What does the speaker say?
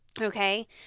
Okay